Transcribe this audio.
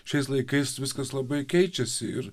šiais laikais viskas labai keičiasi ir